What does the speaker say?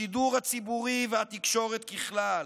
השידור הציבורי והתקשורת ככלל,